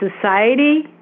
society